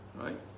right